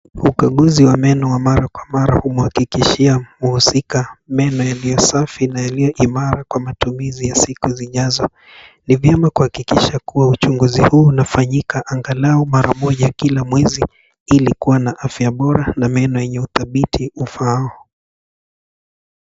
Ukaguzi wa meno wa mara kwa mara humuhakikishia mhusika meno yaliyosafi na yaliyoimara kwa matumizi ya siku zijazo. Ni vyema kuhakikisha kuwa uchunguzi huu unafanyika angalau mara moja kila mwezi, ili kuwa na afya bora na meno yenye udhabiti ufaao.